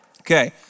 Okay